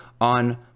on